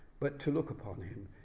but to look upon him,